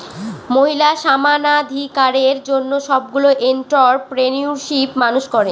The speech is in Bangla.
মহিলা সমানাধিকারের জন্য সবগুলো এন্ট্ররপ্রেনিউরশিপ মানুষ করে